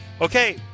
Okay